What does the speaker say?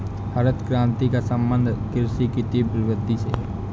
हरित क्रान्ति का सम्बन्ध कृषि की तीव्र वृद्धि से है